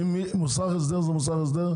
מוסך הסדר זה מוסך הסדר?